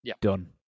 done